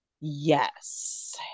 Yes